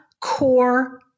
core